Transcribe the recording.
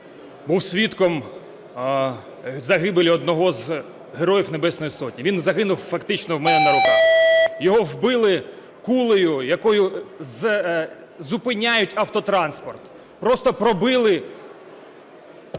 був свідком загибелі одного з Героїв Небесної Сотні. Він загинув фактично в мене на руках. Його вбили кулею, якою зупиняють автотранспорт. Просто пробили...